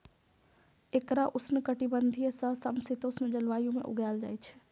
एकरा उष्णकटिबंधीय सं समशीतोष्ण जलवायु मे उगायल जाइ छै